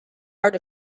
art